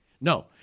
No